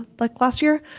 like last year,